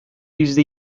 yüzde